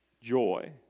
Joy